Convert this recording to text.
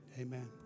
Amen